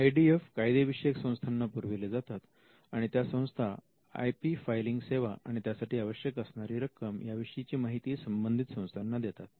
I D F कायदे विषयक संस्थांना पुरविले जातात आणि त्या संस्था आय पी फायलिंग सेवा आणि त्यासाठी आवश्यक असणारे रक्कम याविषयीची माहिती संबंधित संस्थांना देतात